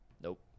Nope